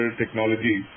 technology